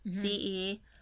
C-E